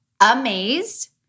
amazed